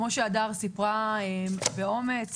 כפי שהדר סיפרה באומץ,